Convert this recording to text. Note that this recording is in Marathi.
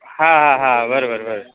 हां हां हां बरोबर बर